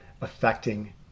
affecting